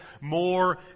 more